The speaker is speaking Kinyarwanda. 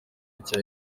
cya